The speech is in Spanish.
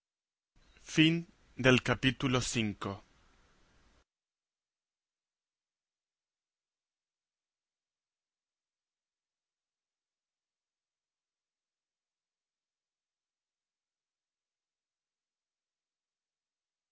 fin del capítulo